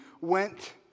went